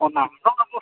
ᱚᱱᱟ ᱫᱚ